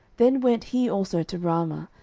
then went he also to ramah,